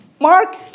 Mark